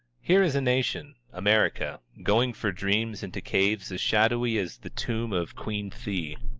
here is a nation, america, going for dreams into caves as shadowy as the tomb of queen thi.